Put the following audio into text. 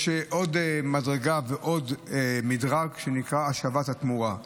יש עוד מדרג: השבת התמורה,